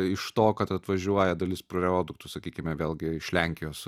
iš to kad atvažiuoja dalis prioduktų sakykime vėlgi iš lenkijos